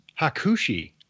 Hakushi